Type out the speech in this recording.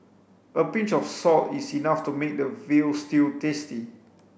a pinch of salt is enough to make a veal stew tasty